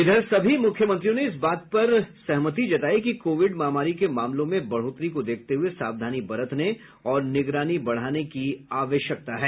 इधर सभी मूख्यमंत्री इस बात पर सहमत थे कि कोविड महामारी के मामलों में बढोतरी को देखते हुए सावधानी बरतने और निगरानी बढ़ाने की आवश्यकता है